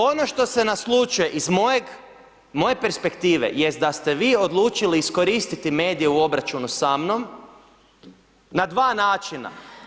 Ono što se naslućuje iz mojeg, moje perspektive jest da ste vi odlučili iskoristiti medije u obračunu sa mnom na dva načina.